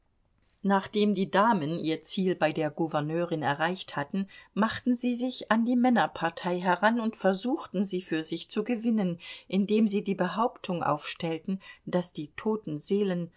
nachdem die damen ihr ziel bei der gouverneurin erreicht hatten machten sie sich an die männerpartei heran und versuchten sie für sich zu gewinnen indem sie die behauptung aufstellten daß die toten seelen